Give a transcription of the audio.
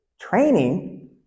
Training